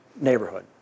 neighborhood